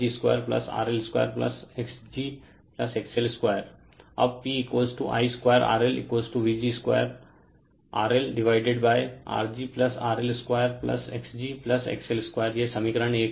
अब P I2RLVg2RLडिवाइडेड R g RL2 xg XL2 यह समीकरण 1 हैं